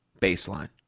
baseline